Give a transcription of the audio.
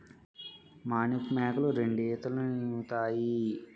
మానిపు మేకలు ఏడాదికి రెండీతలీనుతాయి